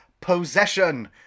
Possession